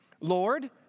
Lord